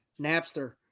napster